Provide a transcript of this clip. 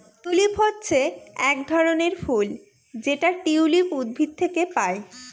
tulip হচ্ছে এক ধরনের ফুল যেটা টিউলিপ উদ্ভিদ থেকে পায়